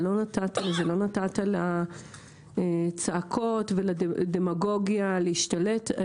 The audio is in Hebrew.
לא נתת לצעקות ולדמגוגיה להשתלט.